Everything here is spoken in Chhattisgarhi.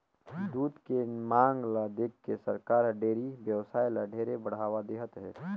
दूद के मांग ल देखके सरकार हर डेयरी बेवसाय ल ढेरे बढ़ावा देहत हे